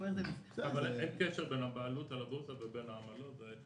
אבל אין קשר בין הבעלות על הבורסה לבין העמלות.